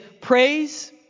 praise